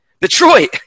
Detroit